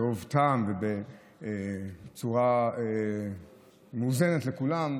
בטוב טעם ובצורה מאוזנת לכולם.